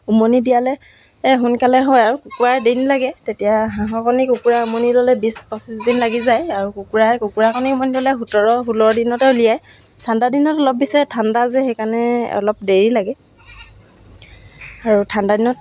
ত' মোৰ চিলাই তাৰপিছত এইবিলাক কামত কাম কৰি যিহেতু আচলতে মেখেলা চাদৰ এইবিলাক কৰোঁতে বহুত সময় লাগে চিলাই এম্ব্ৰইডাৰী এইবিলাক কৰোঁতে বহুত সময় লাগে সেয়েহে মই